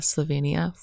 Slovenia